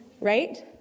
Right